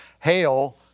Hail